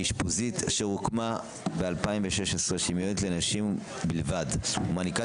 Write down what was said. באשפוזית אשר הוקמה ב-2016 שמיועדת לנשים בלבד ומעניקה